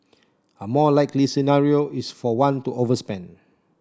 a more likely scenario is for one to overspend